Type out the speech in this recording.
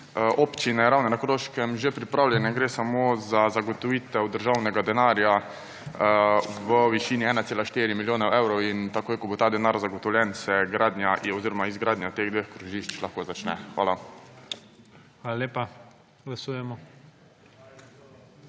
občine Ravne na Koroškem že pripravljena in gre samo za zagotovitev državnega denarja v višini 1,4 milijone evrov in takoj, ko bo ta denar zagotovljen, se gradnja oziroma izgradnja teh dveh krožišč lahko začne. Hvala. **PREDSEDNIK